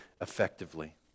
effectively